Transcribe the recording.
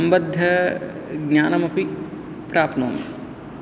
सम्बद्धज्ञानमपि प्राप्नोमि